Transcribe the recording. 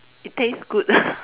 it tastes good